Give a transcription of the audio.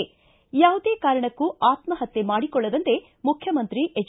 ಿಗಾ ಯಾವುದೇ ಕಾರಣಕ್ಕೂ ಆತ್ಸಹತ್ಯ ಮಾಡಿಕೊಳ್ಳದಂತೆ ಮುಖ್ಯಮಂತ್ರಿ ಎಚ್